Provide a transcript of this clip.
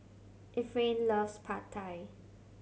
Efrain loves Pad Thai